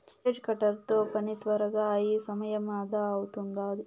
hedge cutter తో పని త్వరగా అయి సమయం అదా అవుతాది